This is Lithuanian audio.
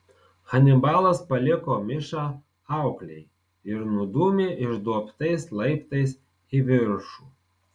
hanibalas paliko mišą auklei ir nudūmė išduobtais laiptais į viršų